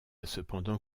cependant